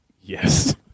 Yes